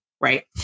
right